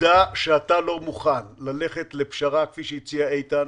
העובדה שאתה לא מוכן ללכת לפשרה כפי שהציע איתן,